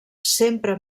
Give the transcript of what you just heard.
sempre